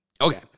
Okay